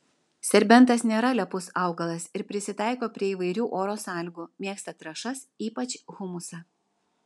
serbentas nėra lepus augalas ir prisitaiko prie įvairių oro sąlygų mėgsta trąšas ypač humusą